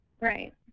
Right